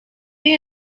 you